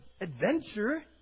adventure